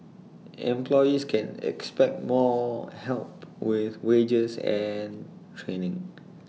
employees can expect more help with wages and training